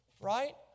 Right